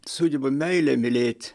sugeba meilę mylėt